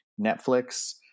Netflix